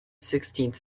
sixteenth